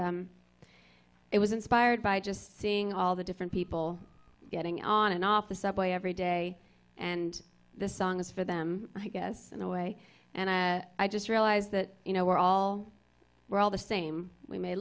it was inspired by just seeing all the different people getting on and off the subway every day and this song is for them i guess in a way and i just realized that you know we're all we're all the same we may